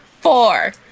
four